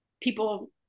people